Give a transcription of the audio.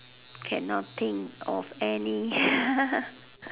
cannot think of any